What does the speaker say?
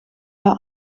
der